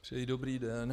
Přeji dobrý den.